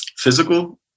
Physical